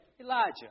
Elijah